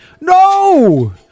No